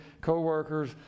co-workers